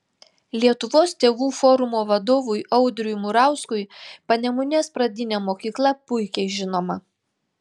lietuvos tėvų forumo vadovui audriui murauskui panemunės pradinė mokykla puikiai žinoma